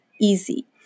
easy